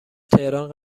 تهران